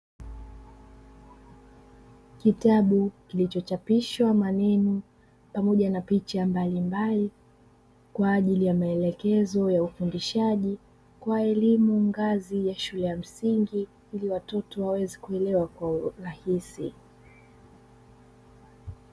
Kitabu kilichochapishwa maneno pamoja na picha mbalimbali kwa ajili ya maelekezo ya ufundishaji kwa elimu ngazi ya shule ya msingi ili watoto waweze kuelewa kwa urahisi.